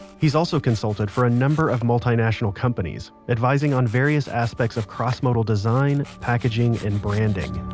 he's also consulted for a number of multinational companies, advising on various aspects of crossmodal design, packaging, and branding